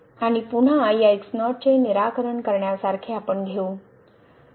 आणि पुन्हा या x0 चे निराकरण करण्यासारखे आपण घेऊ